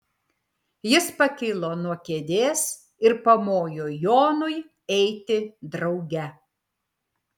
jis pakilo nuo kėdės ir pamojo jonui eiti drauge